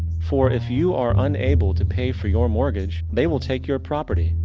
for, if you are unable to pay for your mortgage, they will take your property.